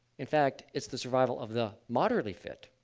in fact it's the survival of the moderately fit,